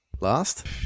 Last